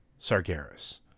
Sargeras